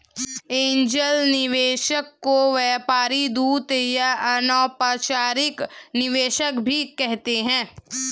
angel निवेशक को व्यापार दूत या अनौपचारिक निवेशक भी कहते हैं